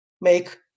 make